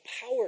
power